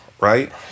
right